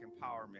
empowerment